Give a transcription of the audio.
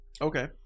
Okay